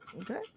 Okay